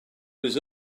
was